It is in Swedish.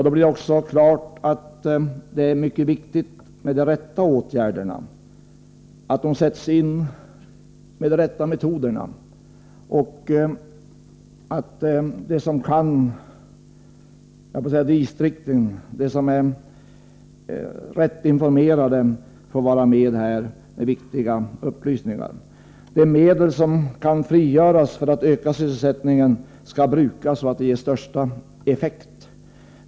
Då står det klart att det blir mycket viktigt med de rätta åtgärderna, att de sätts in med de rätta metoderna, och att de distrikt som är rätt informerade får vara med och lämna viktiga upplysningar. De medel som kan frigöras för att öka sysselsättningen skall brukas så, att de ger den största effekten.